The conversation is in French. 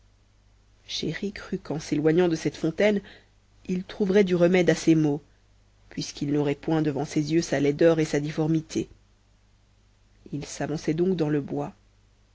chéri crut qu'en s'éloignant de cette fontaine il trouverait du remède à ses maux puisqu'il n'aurait point devant ses yeux sa laideur et sa difformité il s'avançait donc dans le bois